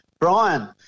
Brian